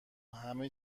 همه